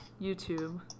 YouTube